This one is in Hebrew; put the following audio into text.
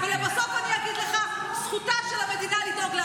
למה אתה לא אומר לה